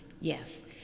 yes